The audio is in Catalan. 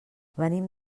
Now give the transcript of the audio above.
venim